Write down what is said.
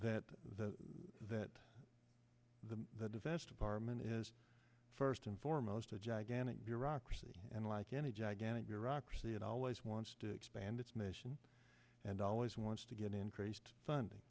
that the that the defense department is first and foremost a gigantic bureaucracy and like any gigantic bureaucracy it always wants to expand its mission and always wants to get increased funding